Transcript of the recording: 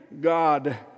God